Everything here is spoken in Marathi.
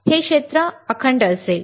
हे क्षेत्र अखंड असेल